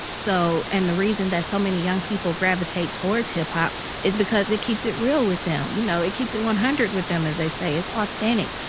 so and the reason that so many young people gravitate towards hip-hop is because it keeps it real with them. you know, it keeps it one hundred with them, as they say. it's authentic.